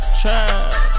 trap